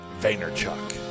Vaynerchuk